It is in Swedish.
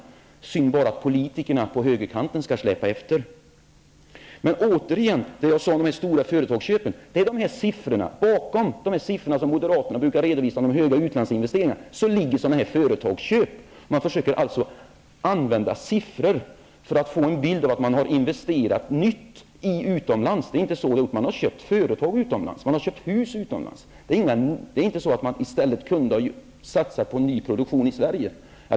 Det är bara synd att politikerna på högerkanten skall släpa efter. Återigen till det jag sade om de stora företagsköpen. Bakom de siffror som moderaterna brukar redovisa när det gäller stora utlandsinvesteringar ligger sådana här företagsköp. Man försöker alltså använda siffrorna för att få en bild av att det skett nyinvesteringar utomlands. Men det är inte vad som har skett, utan man har köpt företag och hus utomlands. Det är inte så att man i stället kunde ha satsat på ny produktion i Sverige.